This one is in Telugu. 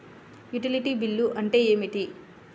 యుటిలిటీ బిల్లు అంటే ఏమిటి?